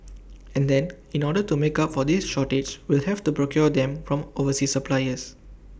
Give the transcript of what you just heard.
and then in order to make up for this shortage we'll have to procure them from overseas suppliers